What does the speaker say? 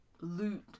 loot